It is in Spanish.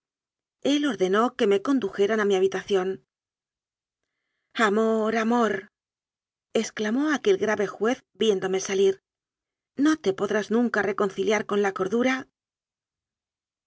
el ordenó que me con dujeran a mi habitación amor amor exclamó aquel grave juez viéndome salir no te podrás nunca reconciliar con la cordura